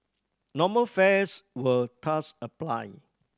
normal fares will thus apply